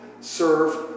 serve